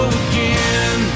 again